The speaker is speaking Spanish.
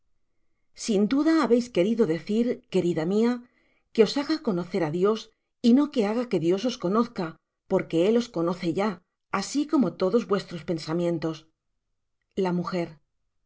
sin duda habeis querido decir querida mia que os baga conocer á dios y no que baga que dios os conozca porque él os conoce ya asi como todos vuestros pensamientos la